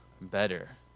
better